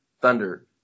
Thunder